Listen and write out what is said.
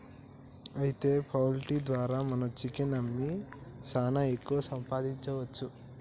అయితే పౌల్ట్రీ ద్వారా మనం చికెన్ అమ్మి సాన ఎక్కువ సంపాదించవచ్చు